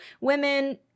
women